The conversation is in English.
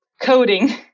coding